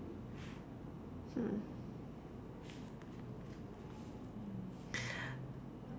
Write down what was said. hmm